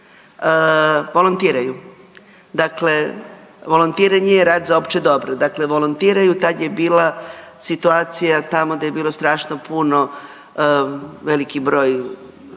volontiraju. Dakle, volontiranje je rad za opće dobro. Dakle, volontiraju tad je bila situacija tamo da je bilo strašno puno veliki broj